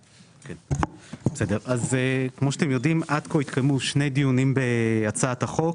עד כה התקיימו שני דיונים בהצעת החוק,